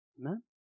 Amen